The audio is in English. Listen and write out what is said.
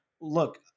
Look